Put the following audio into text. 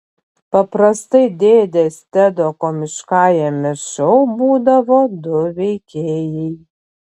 paprastai dėdės tedo komiškajame šou būdavo du veikėjai